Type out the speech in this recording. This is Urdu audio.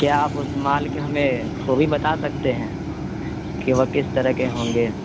کیا آپ اس مال کے ہمیں خوبی بتا سکتے ہیں کہ وہ کس طرح کے ہوں گے